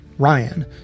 ryan